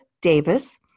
Davis